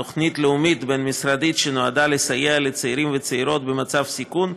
תוכנית לאומית בין-משרדית שנועדה לסייע לצעירים וצעירות במצב סיכון,